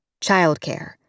childcare